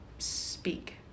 speak